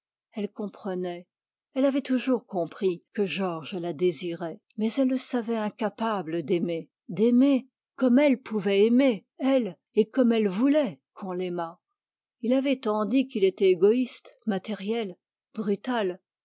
elle avait toujours compris que georges la désirait mais elle le savait incapable d'aimer d'aimer comme elle pouvait aimer elle et comme elle voulait qu'on l'aimât il avait tant dit qu'il était égoïste matériel brutal